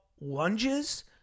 lunges